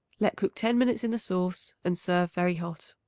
let cook ten minutes in the sauce and serve very hot.